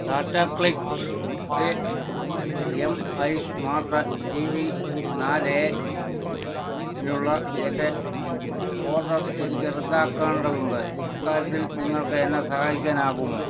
Tata CLiQ ലെ M I smart T V നാല് A നുള്ള എൻ്റെ ഓർഡർ എനിക്ക് റദ്ദാക്കേണ്ടതുണ്ട് അക്കാര്യത്തിൽ നിങ്ങൾക്ക് എന്നെ സഹായിക്കാനാകുമോ